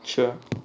sure